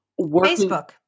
Facebook